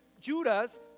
judas